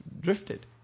drifted